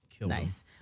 Nice